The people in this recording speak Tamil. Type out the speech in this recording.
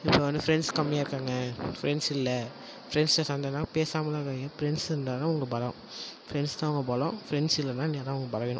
இப்போ வந்து ஃப்ரண்ட்ஸ் கம்மியாக இருக்காங்க ஃப்ரண்ட்ஸ் இல்லை ஃப்ரண்ட்ஸ்கிட்ட சண்டைனா பேசாமலாம் இருக்காதிங்க ஃப்ரண்ட்ஸ் இருந்ததால் தான் உங்கள் பலம் ஃப்ரண்ட்ஸ் தான் உங்கள் பலம் ஃப்ரண்ட்ஸ் இல்லைன்னா அதுதான் உங்கள் பலவீனம்